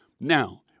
Now